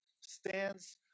Stands